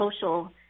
social